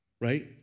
right